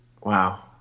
Wow